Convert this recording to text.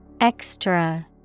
Extra